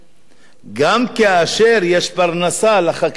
גם כאשר יש פרנסה לחקלאים הירדנים,